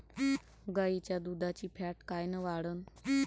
गाईच्या दुधाची फॅट कायन वाढन?